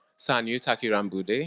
sanyu takirambudde,